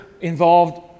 involved